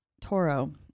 Toro